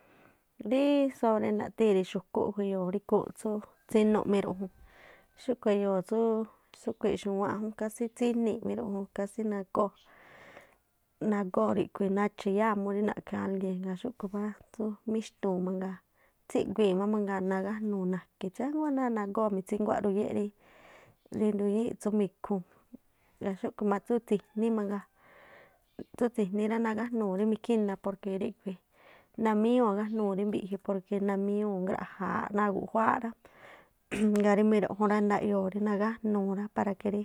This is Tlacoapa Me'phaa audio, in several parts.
nathíi̱n rí xu̱kúꞌ khui̱ e̱yo̱o̱ ri ikhúúnꞌ tsú tsinuꞌ miruꞌjun, xúꞌkhui̱ eyo̱o̱ tsúú tsúꞌkhui̱i̱ꞌ xu̱wáánꞌ jún, kásí tsínii̱ꞌ miruꞌjuu̱n kasí nagóo̱, nagóo̱ ríꞌkhui̱ nadxa̱ iyáa̱ murí. Ŋgaa̱ xúꞌkhu̱ tsú míxtu̱u̱n mangaa, tsíguii̱ má mangaa̱ nagájnuu̱ nake̱, tsíánguá náá nagóo̱ mitsínguá rí nduñíi̱ꞌ tsú mi̱khuu̱n. Ŋgaa̱ xúꞌkhui̱ má tsú tsi̱ní mangaa, tsú tsi̱ní nagájnuu̱ rí mikhina porque ríꞌkhui̱ namíñúu̱ ágájnuu̱ rí mbiꞌji porwur namíñuu̱ ngraꞌjaaꞌ náa̱ guꞌjuáá rá. ŋgaa̱ rí miruꞌjun ndaꞌyoo̱ nagájnuu̱ rá para que rí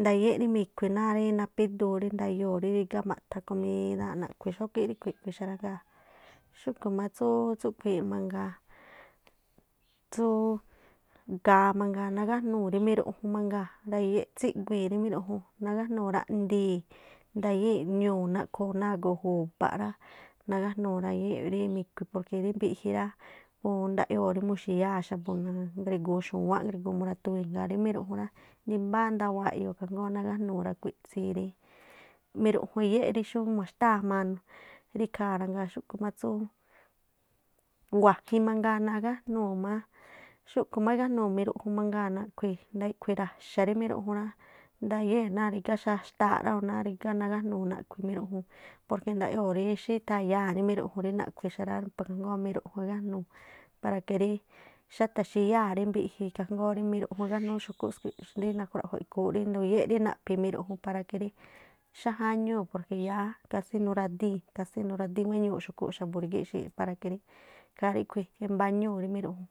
ndayé rí mi̱khui̱ náa̱ rí napíduun rí ndayoo̱ rí rígá ma̱ꞌtha̱ komídá, naꞌkhui̱ xógí ríꞌkhui̱ naꞌkhui̱ xa rá. Ŋgaa̱ xúꞌkhui̱ má tsú tsúꞌkhui̱ mangaa tsú ga̱a mangaa nágájnuu̱ rí miruꞌjun nagajnúu̱ raꞌndii̱ ndañii̱ꞌ ñuu̱ naꞌkhuu̱n náa̱ agoo juba̱ꞌ rá nagájnuu̱ rayéꞌ rí mi̱khui̱ porque rí mbiꞌji rá ndaꞌyoo̱ rí mbuxi̱yáa̱ xa̱bu̱, ngriguu̱n xu̱wáánꞌ ngriguu̱n muratuwii̱n, ŋgaa̱ rí miruꞌjun rá ndimbáá ndawaa̱ eꞌyoo̱ kha jngóó nagájnuu̱ rakhui̱tsii̱ rí, miruꞌjun eyé rí xú ma̱xtáa̱ jmaa̱ rí ikhaa̱ rá. ꞌŋgaa̱ xúꞌkhui̱ má tsú wa̱jin mangaa, nagájnuu̱ má, xúꞌkhu̱ má igájnuu̱ miruꞌjuu̱n mangaa̱ naꞌkhui̱ naꞌkhui̱ ra̱xa̱ rí miruꞌjun rá, ndayée̱ꞌ náá rígá xaxtaaꞌ rá o̱ náá rígá nagájnuu naꞌkhui̱ miruꞌjun porque ndaꞌyoo̱ꞌ rí xítha̱yaa̱ rí miruꞌjun rí naꞌkhui̱ xa rá, ikha jngóó miruꞌjun igánuu̱ murí xátha̱xíyáa ̱ rí mbiꞌji ikha jngóó rí miruꞌjun igájnúú xu̱kú tsii̱ꞌ rí nakhruaꞌjo̱ ikhúún rí nduyéꞌ rí naꞌphi̱ miruꞌjun para que rí xájáñúu̱ porque yáá casi nuradíi̱n kasí nuradíín wéñuu xu̱kúꞌ xa̱bu̱ rígíꞌ xii̱ꞌ para que rí ikhaa ríꞌkhui̱ imbáñúu̱ rí miruꞌjun